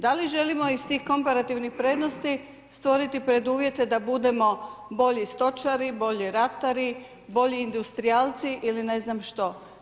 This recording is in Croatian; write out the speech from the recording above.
Da li želimo iz tih komparativnih prednosti stvoriti preduvjete da budemo bolji stočari, bolji ratari, bolji industrijalci ili ne znam što.